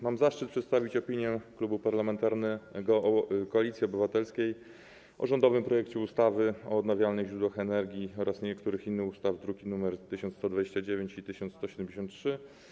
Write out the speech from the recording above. Mam zaszczyt przedstawić opinię klubu parlamentarnego Koalicji Obywatelskiej o rządowym projekcie ustawy o zmianie ustawy o odnawialnych źródłach energii oraz niektórych innych ustaw, druki nr 1129 i 1173.